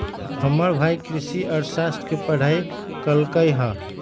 हमर भाई कृषि अर्थशास्त्र के पढ़ाई कल्कइ ह